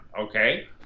okay